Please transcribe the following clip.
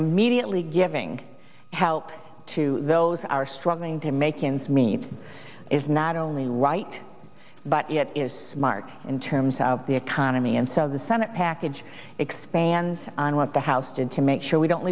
immediately giving help to those are struggling to make ends meet is not only right but it is smart in terms of the economy and so the senate package expands on what the house did to make sure we don't